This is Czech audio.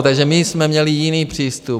Takže my jsme měli jiný přístup.